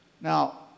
Now